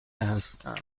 هستم